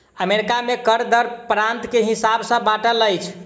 America में कर दर प्रान्त के हिसाब सॅ बाँटल अछि